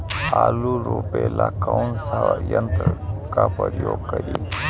आलू रोपे ला कौन सा यंत्र का प्रयोग करी?